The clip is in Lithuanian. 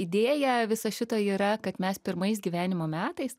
idėja viso šito yra kad mes pirmais gyvenimo metais